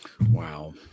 Wow